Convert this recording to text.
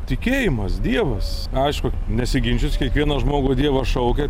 tikėjimas dievas aišku nesiginčysiu kiekvieną žmogų dievas šaukia